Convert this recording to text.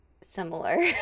Similar